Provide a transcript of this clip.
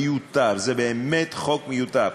מיותר, זה באמת חוק מיותר.